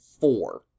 four